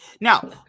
Now